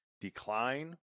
decline